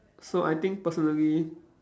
so I think personally